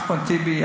אחמד טיבי,